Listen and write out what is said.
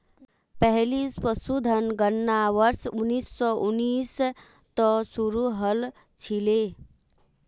पहली पशुधन गणना वर्ष उन्नीस सौ उन्नीस त शुरू हल छिले